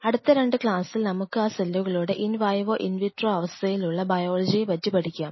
അടുത്ത രണ്ട് ക്ലാസിൽ നമുക്ക് അ സെല്ലുകളുടെ ഇൻവിവോ ഇൻവിട്രോ അവസ്ഥയിൽ ഉള്ള ബയോളജിയെ പറ്റി പഠിക്കാം